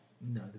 No